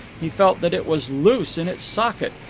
he felt that it was loose in its socket,